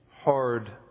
hard